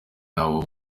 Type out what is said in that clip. yabo